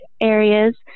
areas